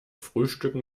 frühstücken